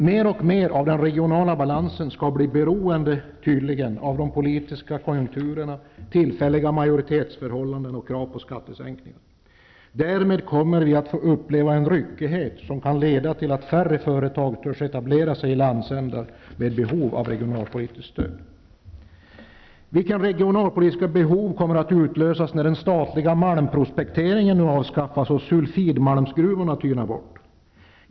> bMer och mer av den regionala balansen skall tydligen bli beroende av de politiska konjunkturerna, tillfälliga majoritetsförhållanden och krav på skattesänkningar. Därmed kommer vi att få uppleva en ryckighet som kan leda till att färre företag törs etablera sig i landsändar med behov av regionalpolitiskt stöd. Vilka regionalpolitiska behov kommer att utlösas när den statliga malmprospekteringen nu avskaffas och sulfidmalmsgruvorna tynar bort?